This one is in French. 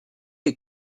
est